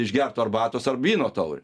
išgertų arbatos ar vyno taurę